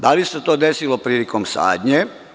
Da li se to desilo prilikom sadnje?